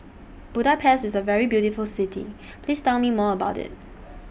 Budapest IS A very beautiful City Please Tell Me More about IT